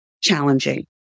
challenging